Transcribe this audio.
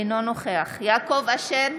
אינו נוכח יעקב אשר,